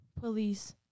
police